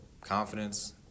confidence